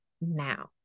now